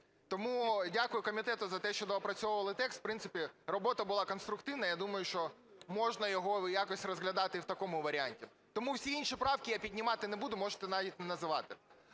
Тому дякую комітету за те, що доопрацювали текст, в принципі, робота була конструктивна. Я думаю, що можна його якось розглядати і в такому варіанті. Тому всі інші правки я піднімати не буду, можете навіть не називати.